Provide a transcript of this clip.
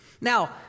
Now